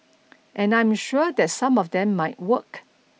and I am sure that some of them might work